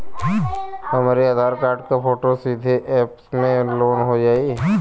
हमरे आधार कार्ड क फोटो सीधे यैप में लोनहो जाई?